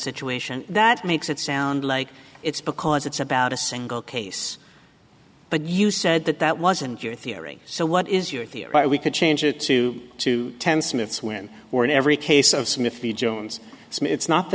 situation that makes it sound like it's because it's about a single case but you said that that wasn't your theory so what is your theory that we could change it to two ten smiths when we're in every case of smith the jones it's not the